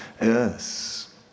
Yes